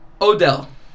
Odell